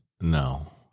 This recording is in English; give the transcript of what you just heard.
No